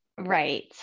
Right